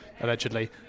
allegedly